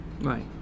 Right